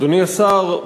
אדוני השר,